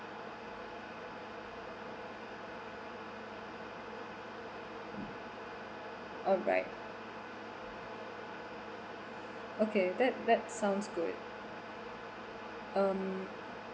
alright okay that that sounds good um